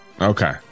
Okay